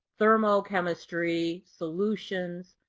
thermochemistry, solutions.